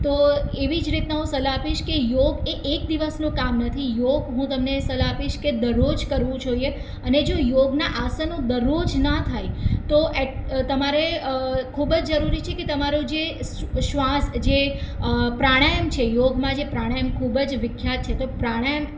તો એવી જ રીતના હું સલાહ આપીશ કે યોગ એ એક દિવસનું કામ નથી યોગ હું તમને સલાહ આપીશ કે દરરોજ કરવું જોઈએ અને જો યોગના આસનો દરરોજ ના થાય તો તમારે ખૂબ જ જરૂરી છે કે તમારો જે શ્વાસ જે પ્રાણાયામ છે યોગમાં જે પ્રાણાયામ ખૂબ જ વિખ્યાત છે તો પ્રાણાયામ